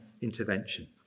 intervention